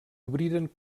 obriren